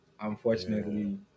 unfortunately